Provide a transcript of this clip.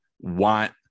want